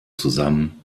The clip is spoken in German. zusammen